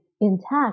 intact